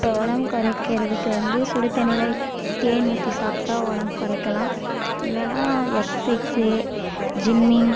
இப்போது உடம்பு குறைக்கிறதுக்கு வந்து சுடு தண்ணியில் தேன் ஊற்றி சாப்பிட்டா உடம்பு குறைக்கலாம் இல்லைனா எக்சிக்ஸு ஜிம்மிங்